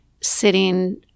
sitting